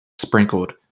sprinkled